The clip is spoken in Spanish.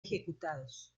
ejecutados